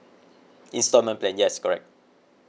installment plan yes correct